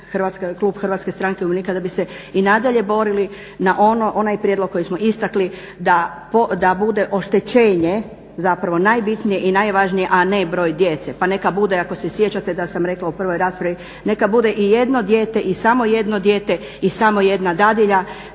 Hrvatske stranke umirovljenika da bi se i nadalje borili na onaj prijedlog koji smo istakli da bude oštećenje, zapravo najbitnije i najvažnije, a ne broj djece pa neka bude ako sjećate da sam rekla u prvoj raspravi neka bude i jedno dijete i samo jedno dijete i samo jedna dadilja